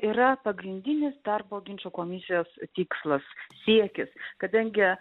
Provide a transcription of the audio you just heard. yra pagrindinis darbo ginčų komisijos tikslas siekis kadangi